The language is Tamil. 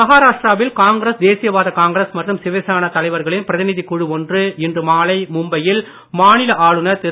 மகாராஷ்டிராவில் காங்கிரஸ் தேசியவாத காங்கிரஸ் மற்றும் சிவசேனா தலைவர்களின் பிரதிநிதிக் குழு ஒன்று இன்று மாலை மும்பையில் மாநில ஆளுநர் திரு